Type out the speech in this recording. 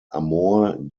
amor